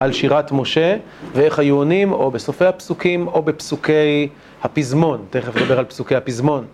על שירת משה, ואיך היו עונים או בסופי הפסוקים או בפסוקי הפזמון, תכף נדבר על פסוקי הפזמון